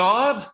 God